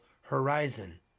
horizon